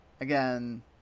again